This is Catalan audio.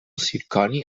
zirconi